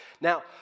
Now